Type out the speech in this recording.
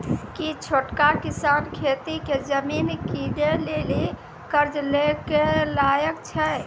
कि छोटका किसान खेती के जमीन किनै लेली कर्जा लै के लायक छै?